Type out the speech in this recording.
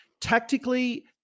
tactically